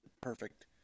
perfect